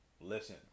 Listen